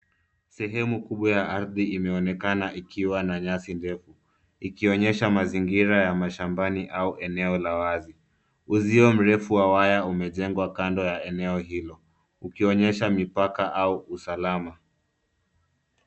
Sehemu kubwa ya ardhi imeonekana ikiwa na nyasi ndefu, ikionyesha mazingira ya mashambani au eneo la wazi. Uzio mrefu wa waya umejengwa kando ya eneo hilo, ukionyesha mipaka au usalama.